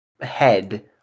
head